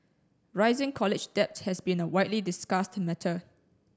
rising college debt has been a widely discussed matter